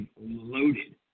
loaded